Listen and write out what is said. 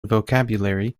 vocabulary